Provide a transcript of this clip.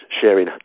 sharing